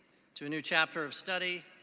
to a new chapter of study,